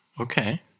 Okay